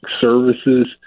services